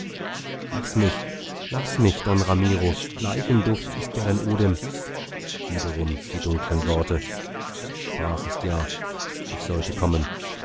laß mich laß mich don ramiro leichenduft ist ja dein odem wiederum die dunklen worte sprachest ja ich sollte kommen